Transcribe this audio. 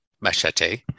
machete